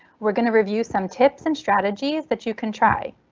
we're going to review some tips and strategies that you can try.